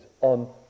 on